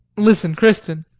listen, kristin.